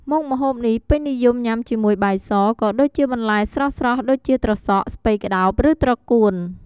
មុខម្ហូបនេះពេញនិយមញ៉ាំជាមួយបាយស ក៏ដូចជាបន្លែស្រស់ៗដូចជាត្រសក់ ស្ពៃក្ដោប ឬត្រកួន។